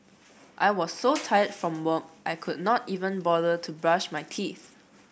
I was so tired from work I could not even bother to brush my teeth